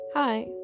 Hi